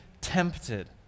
tempted